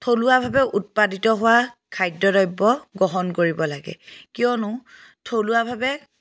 থলুৱাভাৱে উৎপাদিত হোৱা খাদ্য দ্ৰব্য গ্ৰহণ কৰিব লাগে কিয়নো থলুৱাভাৱে